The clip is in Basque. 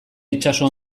itsaso